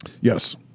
Yes